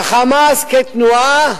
ה"חמאס" כתנועה,